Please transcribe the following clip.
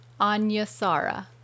Anyasara